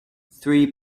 three